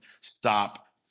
stop